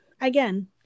again